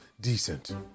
decent